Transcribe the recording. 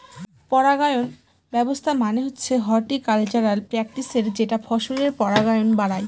পরাগায়ন ব্যবস্থা মানে হচ্ছে হর্টিকালচারাল প্র্যাকটিসের যেটা ফসলের পরাগায়ন বাড়ায়